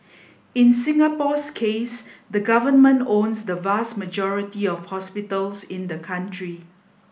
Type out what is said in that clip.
in Singapore's case the Government owns the vast majority of hospitals in the country